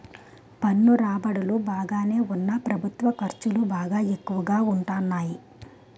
పన్ను రాబడులు బాగానే ఉన్నా ప్రభుత్వ ఖర్చులు బాగా ఎక్కువగా ఉంటాన్నాయి